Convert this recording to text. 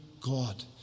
God